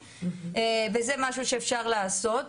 וזה משהו שאפשר לעשות.